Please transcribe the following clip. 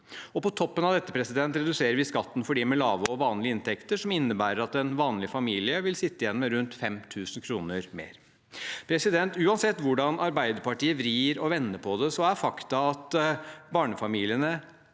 På toppen av dette reduserer vi skatten for dem med lave og vanlige inntekter, som innebærer at en vanlig familie vil sitte igjen med rundt 5 000 kr mer. Uansett hvordan Arbeiderpartiet vrir og vender på det, er faktum at familiene